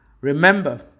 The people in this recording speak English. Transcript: Remember